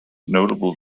notable